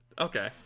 okay